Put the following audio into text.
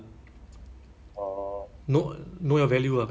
but like the des~ destination